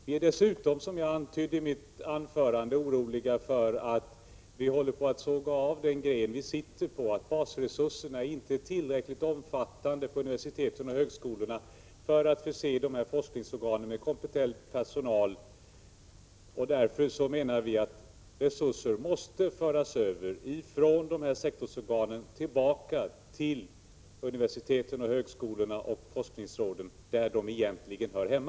Vi är dessutom, som jag antydde i mitt anförande, oroliga för att vi håller på att såga av den gren vi sitter på, att basresurserna inte är tillräckligt omfattande på universiteten och högskolorna för att förse forskningsorganen med kompetent personal. Därför menar vi att resurser måste föras över från sektorsorganen tillbaka till universiteten, högskolorna och forskningsråden där de egentligen hör hemma.